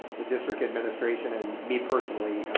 the district administration, and me personally,